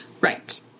Right